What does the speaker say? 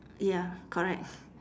ya correct